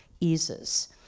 eases